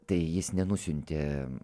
tai jis nenusiuntė